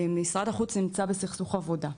משרד החוץ נמצא בסכסוך עבודה.